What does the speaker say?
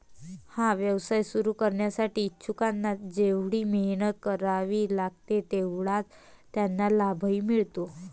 हा व्यवसाय सुरू करण्यासाठी इच्छुकांना जेवढी मेहनत करावी लागते तेवढाच त्यांना लाभही मिळतो